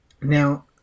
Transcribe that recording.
Now